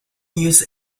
use